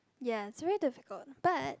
yes very difficult but